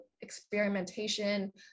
experimentation